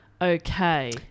Okay